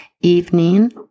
evening